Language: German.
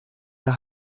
der